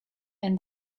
and